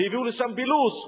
והביאו לשם בילוש,